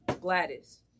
Gladys